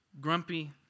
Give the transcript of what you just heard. grumpy